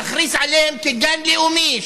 להכריז עליהן כגן לאומי,